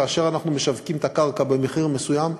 כאשר אנחנו משווקים את הקרקע במחיר מסוים,